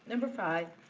number five.